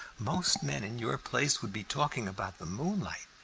most men in your place would be talking about the moonlight,